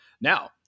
Now